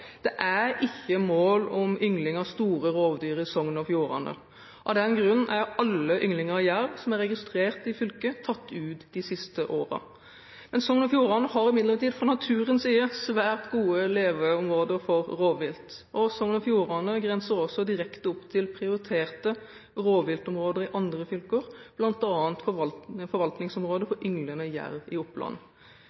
Det er ikke mål om yngling av store rovdyr i Sogn og Fjordane. Av den grunn er alle ynglinger av jerv som er registrert i fylket, tatt ut de siste årene. Sogn og Fjordane har imidlertid fra naturens side svært gode leveområder for rovvilt. Sogn og Fjordane grenser også direkte opp til prioriterte rovviltområder i andre fylker,